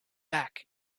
back